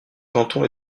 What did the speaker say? canton